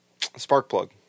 Sparkplug